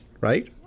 Right